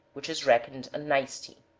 which is reckoned a nicety.